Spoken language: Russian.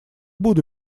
буду